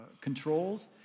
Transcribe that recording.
controls